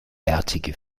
bärtige